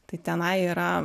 tai tenai yra